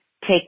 take